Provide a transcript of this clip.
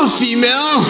female